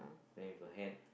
then with a hand